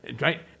Right